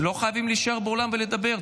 לא חייבים להישאר באולם ולדבר.